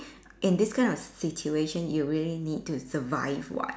in this kind of situation you really need to survive [what]